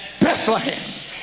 Bethlehem